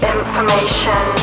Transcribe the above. Information